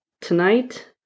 tonight